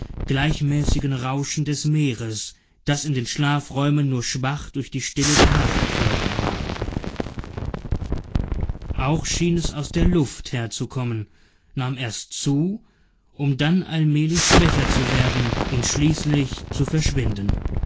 gleichmäßigen rauschen des meeres das in den schlafräumen nur schwach durch die stille der nacht hörbar war auch schien es aus der luft herzukommen nahm erst zu um dann allmählich schwächer zu werden und schließlich zu verschwinden